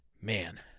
Man